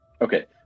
Okay